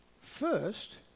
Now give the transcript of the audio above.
First